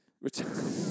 Return